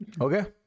Okay